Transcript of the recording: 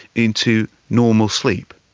into normal sleep.